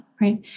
right